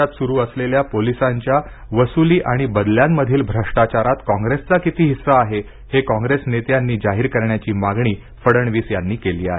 राज्यात सुरू असलेल्या पोलिसांच्या वसुली आणि बदल्यांमधील भ्रष्टाचारात कॉंग्रेसचा किती हिस्सा आहे हे कॉंग्रेस नेत्यांनी जाहीर करण्याची मागणी फडणवीस यांनी केली आहे